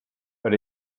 but